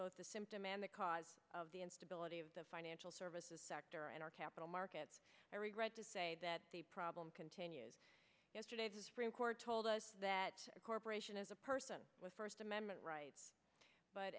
both the symptom and the cause of the instability of the financial services sector and our capital markets i regret to say that the problem continues yesterday told us that a corporation is a person with first amendment rights but